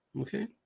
okay